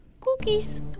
cookies